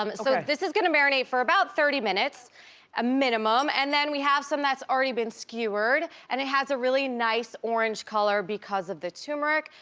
um so this is gonna marinate for about thirty minutes ah minimum. and then we have some that's already been skewered and it has a really nice orange color because of the tumeric.